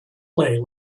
play